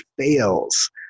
fails